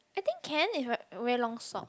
I think can if I wear long sock